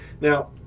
Now